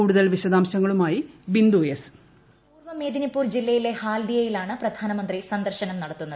കൂടുതൽ വിശദാംശങ്ങളുമായി ബിന്ദു വിനോദ് പൂർവ്വ മേദിനിപ്പൂർ ജില്ലയിലെ ഹാൽദിയയിലാണ് പ്രധാനമന്ത്രി സന്ദർശനം നടത്തുന്നത്